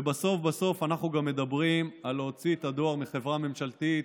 ובסוף בסוף אנחנו גם מדברים על הוצאת הדואר מחברה ממשלתית